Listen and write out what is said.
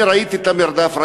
אני ראיתי את המרדף,